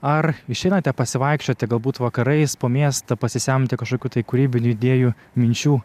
ar išeinate pasivaikščioti galbūt vakarais po miestą pasisemti kažkokių tai kūrybinių idėjų minčių